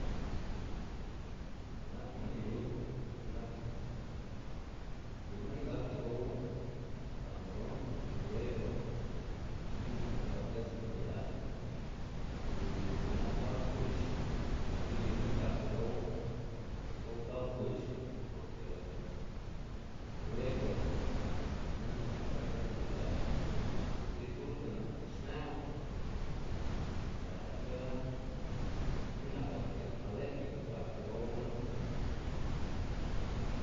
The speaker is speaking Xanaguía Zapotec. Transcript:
C̲h̲i nak gu'n yu c̲h̲i nak yu minn gakda gow kamaron luego lë' minn xla'nla gak desmayar y c̲h̲i nak kald kuch lëkga yu minn gakda gow gow kald kuch porke luego lë' minn xla'n gak desmayar y sti fruta nak xnew lë'kga minn nak alge- alergiko gakda gow gunu.